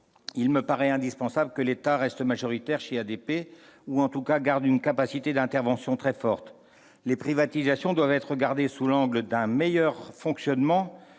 il me paraît indispensable que l'État reste majoritaire dans ADP, ou, en tout état de cause, qu'il conserve une capacité d'intervention très forte. Les privatisations doivent être envisagées sous l'angle d'un meilleur fonctionnement